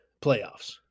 playoffs